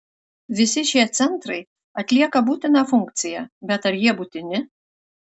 visi šie centrai atlieka būtiną funkciją bet ar jie būtini